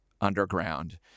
underground